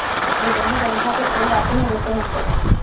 रजनीगंधा के फूल राती में बहुते महके ला